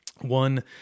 One